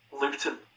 Luton